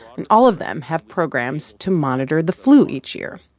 and all of them have programs to monitor the flu each year.